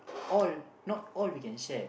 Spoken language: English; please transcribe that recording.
all not all we can share